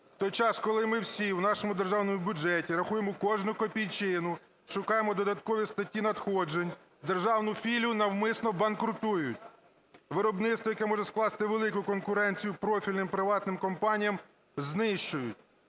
час, коли ми всі в нашому державному бюджеті рахуємо кожну копійчину, шукаємо додаткові статті надходжень, державну філію навмисно банкрутують. Виробництво, яке може скласти велику конкуренцію профільним приватним компаніям, знищують.